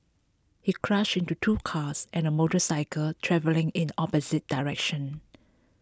he crashed into two cars and a motorcycle travelling in the opposite direction